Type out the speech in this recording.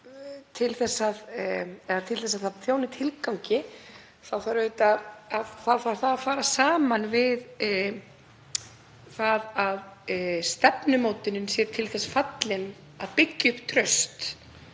Til að það þjóni tilgangi þarf það að fara saman við það að stefnumótunin sé til þess fallin að byggja upp traust